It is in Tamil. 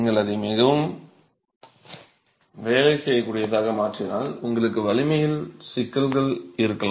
நீங்கள் அதை மிகவும் வேலை செய்யக்கூடியதாக மாற்றினால் உங்களுக்கு வலிமையில் சிக்கல்கள் இருக்கும்